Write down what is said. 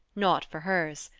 not for hers,